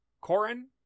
Corin